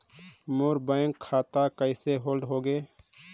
मोर bank खाता कइसे hold होगे?